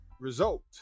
result